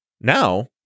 Now